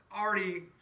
already